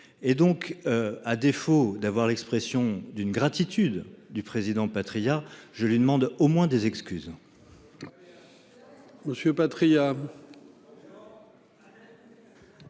et donc. À défaut d'avoir l'expression d'une gratitude du président Patriat je lui demande au moins des excuses.